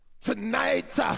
tonight